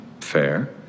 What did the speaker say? Fair